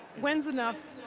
when's enough?